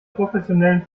professionellen